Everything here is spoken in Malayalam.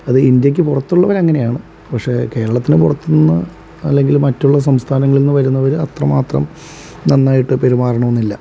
അത് ഇന്ത്യയ്ക്കു പുറത്തുള്ളവർ അങ്ങനെയാണ് പക്ഷെ കേരളത്തിന് പുറത്ത് നിന്നു അല്ലെങ്കിൽ മറ്റുള്ള സംസ്ഥാനങ്ങളിൽ നിന്ന് വരുന്നവർ അത്രമാത്രം നന്നായിട്ടു പെരുമാറണം എന്നില്ല